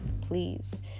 Please